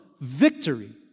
victory